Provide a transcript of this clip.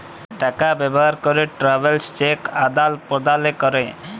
টাকা ব্যবহার ক্যরে ট্রাভেলার্স চেক আদাল প্রদালে ক্যরে